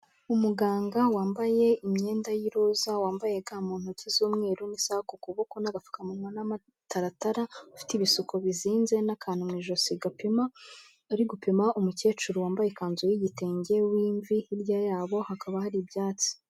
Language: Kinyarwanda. Umuganga wambaye imyenda y'iroza wambaye ga mu ntoki z'umweru n'isaha ku kuboko n'agapfukamunwa n'amataratara, ufite ibisuko bizinze n'akantu mu ijosi gapima ari gupima umukecuru wambaye ikanzu y'igitenge w'imvi. Hirya y'abo hakaba hari ibyatsi.